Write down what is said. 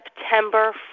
September